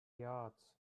yards